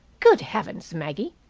good heavens, maggie!